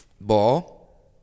Ball